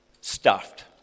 stuffed